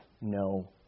no